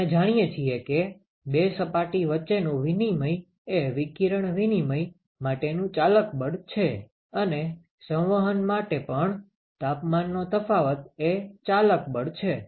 આપણે જાણીએ છીએ કે બે સપાટી વચ્ચેનું વિનિમય એ વિકિરણ વિનિમય માટેનું ચાલક બળ છે અને સંવહન માટે પણ તાપમાનનો તફાવત એ ચાલક બળ છે